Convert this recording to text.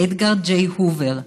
אדגר ג'יי הובר,